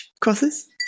crosses